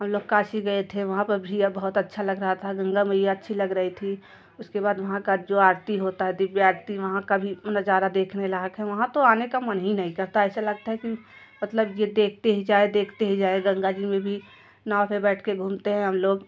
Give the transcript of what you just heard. हम लोग काशी गए थे वहाँ पे भी बहुत अच्छा लग रहा था गंगा मैया अच्छी लग रही थी उसके बाद वहाँ का जो आरती होता है दिव्य आरती वहाँ का भी नज़ारा देखने लायक है वहाँ तो आने का मन ही नहीं करता ऐसा लगता है कि मतलब ये देखते ही जाएँ देखते ही जाएँ गंगा जी में भी नाव पे बैठके घूमते हैं हम लोग